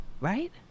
Right